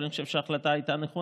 אבל אני חושב שזו ההחלטה נכונה,